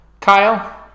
Kyle